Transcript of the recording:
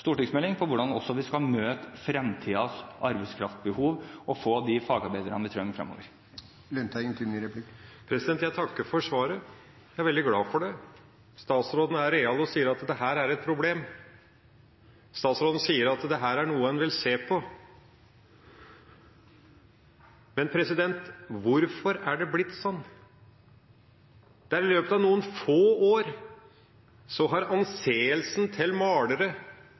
stortingsmelding om hvordan vi skal møte fremtidens arbeidskraftbehov og få de fagarbeiderne vi trenger fremover. Jeg takker for svaret. Jeg er veldig glad for det. Statsråden er real og sier at dette er et problem. Statsråden sier at dette er noe han vil se på. Men hvorfor har det blitt sånn? I løpet av noen få år har anseelsen til malere